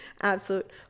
absolute